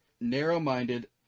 narrow-minded